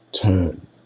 turn